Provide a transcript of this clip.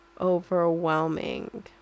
overwhelming